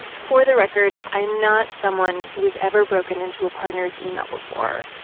for the record, i am not someone who has ever broken into a partner's email before.